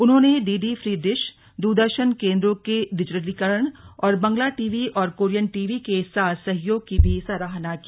उन्होंने DD free dish Doordarshan केन्द्रों के डिजिटलीकरण और बंगला टी वी और कोरियन टी वी के साथ सहयोग की भी सराहना की